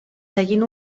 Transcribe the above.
seguint